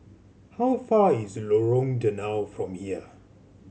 how far is Lorong Danau from here